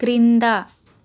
క్రింద